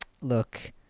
look